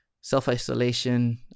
self-isolation